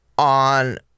on